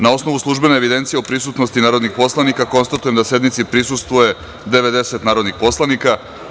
Na osnovu službene evidencije o prisutnosti narodnih poslanika, konstatujem da sednici prisustvuje 90 narodnih poslanika.